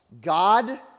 God